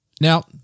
Now